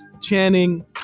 Channing